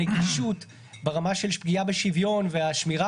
הנגישות ברמה של פגיעה בשוויון והשמירה